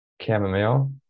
chamomile